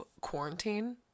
quarantine